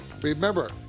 Remember